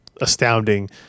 astounding